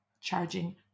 charging